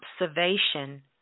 observation